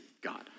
God